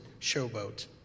Showboat